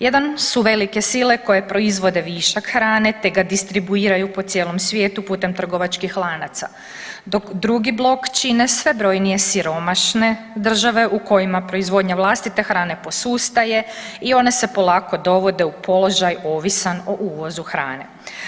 Jedan su velike sile koje proizvode višak hrane te ga distribuiraju po cijelom svijetu putem trgovačkih lanaca, dok drugi blok čine sve brojnije siromašne države u kojima proizvodnja vlastite hrane posustaje i one se polako dovode u položaj ovisan o uvozu hrane.